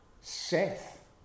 Seth